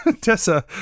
Tessa